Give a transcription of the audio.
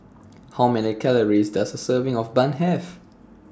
How Many Calories Does A Serving of Bun Have